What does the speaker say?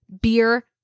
beer